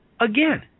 again